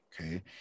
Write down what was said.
okay